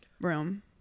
room